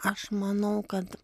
aš manau kad